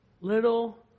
little